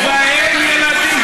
ובהם ילדים.